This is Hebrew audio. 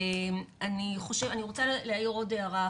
אני רוצה להעיר עוד הערה אחת.